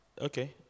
Okay